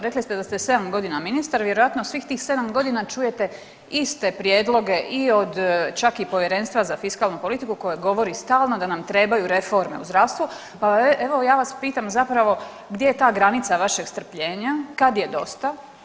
Rekli ste da ste 7 g. ministar, vjerojatno svih tih 7 g. čujete iste prijedloge i od čak i Povjerenstva za fiskalnu politiku koja govori stalno da nam trebaju reforme u zdravstvu pa evo ja vas pitam zapravo gdje je ta granica vašeg strpljenja, kad je dosta?